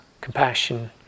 compassion